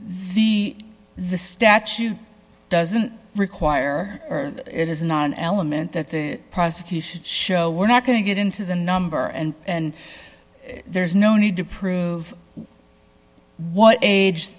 the the statute doesn't require it is not an element that the prosecution show we're not going to get into the number and there's no need to prove what